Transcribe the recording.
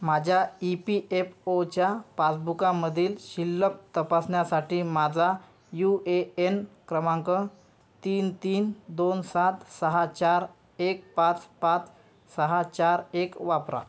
माझ्या E P F ओच्या पासबुकामधील शिल्लक तपासण्यासाठी माझा यू ए एन क्रमांक तीन तीन दोन सात सहा चार एक पाच पाच सहा चार एक वापरा